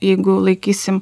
jeigu laikysim